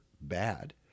bad